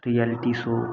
realty show